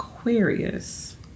Aquarius